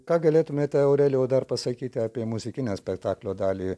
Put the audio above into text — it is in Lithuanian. ką galėtumėte aurelijau dar pasakyti apie muzikinę spektaklio dalį